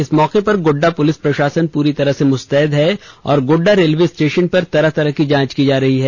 इस मौके पर गोड्डा पुलिस प्रशासन पूरी तरह मुस्तैद है और गोड्डा रेलवे स्टेशन पर तरह तरह की जांच की जा रही है